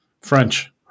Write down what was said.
French